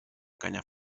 canya